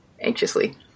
Anxiously